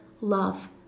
love